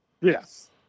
Yes